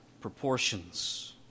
proportions